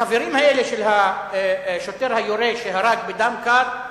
החברים האלה של השוטר היורה, שהרג בדם קר,